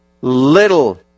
little